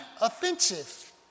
offensive